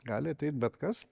gali ateit bet kas